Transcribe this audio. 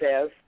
says